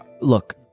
look